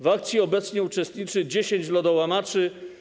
W akcji obecnie uczestniczy 10 lodołamaczy.